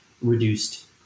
reduced